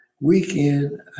weekend